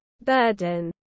burden